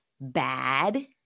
bad